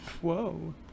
Whoa